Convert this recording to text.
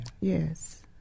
Yes